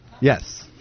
yes